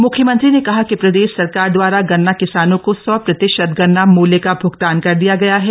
मुख्यमंत्री ने कहा कि प्रदेश सरकार दवारा गन्ना किसानों को सौ प्रतिशत गन्ना मूल्य का भुगतान कर दिया गया है